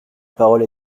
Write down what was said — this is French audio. parole